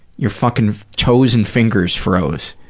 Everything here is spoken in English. your fucking toes and fingers frozematty